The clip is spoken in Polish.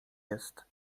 jest